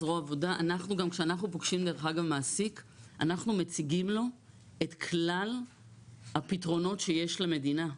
כשאנחנו פוגשים מעסיק אנחנו מציגים לו את כלל הפתרונות שיש למדינה.